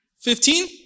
Fifteen